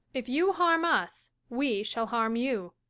if you harm us we shall harm you.